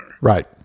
Right